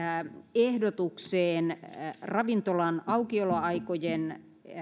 ehdotukseen ravintolan aukioloaikojen